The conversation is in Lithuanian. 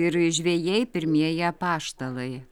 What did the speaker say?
ir žvejai pirmieji apaštalai